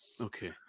Okay